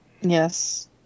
Yes